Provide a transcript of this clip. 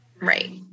Right